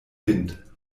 wind